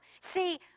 See